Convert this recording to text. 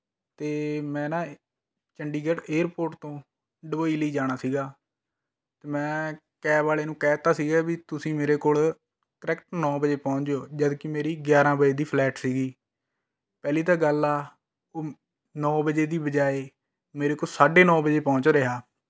ਅਤੇ ਮੈਂ ਨਾ ਚੰਡੀਗੜ੍ਹ ਏਅਰਪੋਰਟ ਤੋਂ ਦੁਬਈ ਲਈ ਜਾਣਾ ਸੀ ਮੈਂ ਕੈਬ ਵਾਲੇ ਨੂੰ ਕਹਿ ਦਿੱਤਾ ਸੀ ਵੀ ਤੁਸੀਂ ਮੇਰੇ ਕੋਲ਼ ਕਰੈਕਟ ਨੌ ਵਜੇ ਪਹੁੰਚ ਜਾਉ ਜਦ ਕਿ ਮੇਰੀ ਗਿਆਰ੍ਹਾਂ ਵਜੇ ਦੀ ਫਲਾਈਟ ਸੀ ਪਹਿਲੀ ਤਾਂ ਗੱਲ ਹੈ ਉਹ ਨੌ ਵਜੇ ਦੀ ਬਜਾਏ ਮੇਰੇ ਕੋਲ ਸਾਢੇ ਨੌ ਵਜੇ ਪਹੁੰਚ ਰਿਹਾ